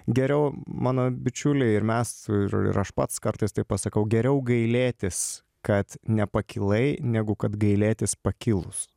geriau mano bičiuliai ir mes ir ir aš pats kartais taip pasakau geriau gailėtis kad nepakilai negu kad gailėtis pakilus